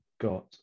got